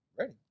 Ready